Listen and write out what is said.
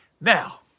Now